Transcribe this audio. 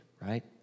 right